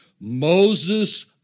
Moses